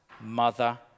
mother